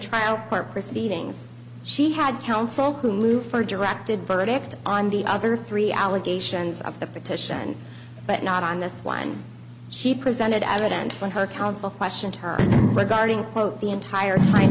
trial court proceedings she had counsel to move for a directed verdict on the other three allegations of the petition but not on this one she presented evidence when her counsel question time regarding quote the entire time